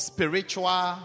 Spiritual